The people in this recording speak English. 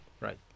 Right